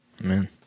Amen